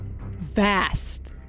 Vast